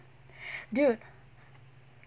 dude